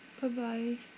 bye bye